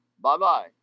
Bye-bye